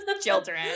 children